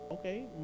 Okay